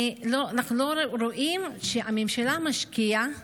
אנחנו לא רואים שהממשלה משקיעה